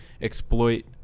exploit